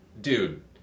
dude